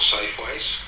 Safeways